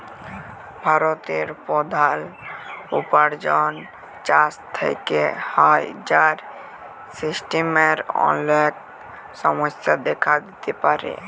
ভারতের প্রধাল উপার্জন চাষ থেক্যে হ্যয়, যার সিস্টেমের অলেক সমস্যা দেখা দিতে পারে